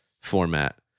format